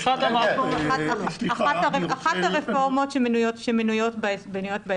סגנית היועץ המשפטי לאגף השכר.